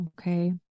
Okay